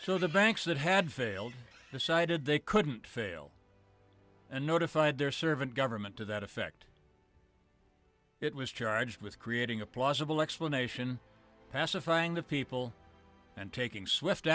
so the banks that had failed decided they couldn't fail and notified their servant government to that effect it was charged with creating a plausible explanation pacifying the people and taking swift